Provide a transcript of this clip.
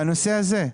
בנושא הזה.